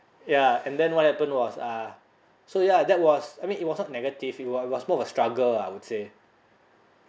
ya and then what happened was uh so ya that was I mean it was not negative it wa~ was more of a struggle ah I would say